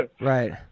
Right